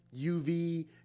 uv